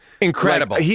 Incredible